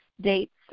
dates